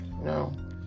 no